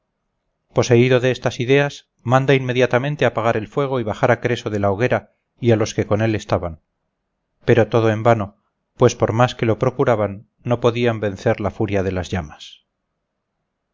poseído de estas ideas manda inmediatamente apagar el fuego y bajar a creso de la hoguera y a los que con él estaban pero todo en vano pues por más que lo procuraban no podían vencer la furia de las llamas